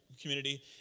community